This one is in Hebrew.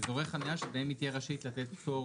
אזורי חניה שבהם היא תהיה רשאית לתת פטור